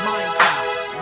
Minecraft